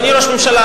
אדוני ראש הממשלה,